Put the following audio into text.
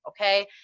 okay